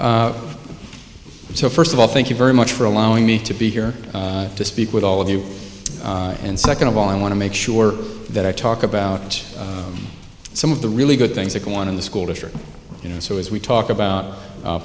just so first of all thank you very much for allowing me to be here to speak with all of you and second of all i want to make sure that i talk about some of the really good things that go on in the school district and you know so as we talk about